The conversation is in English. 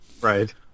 Right